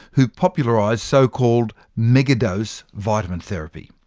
who popularised so-called megadose vitamin therapy.